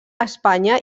espanya